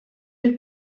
mill